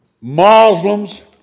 Muslims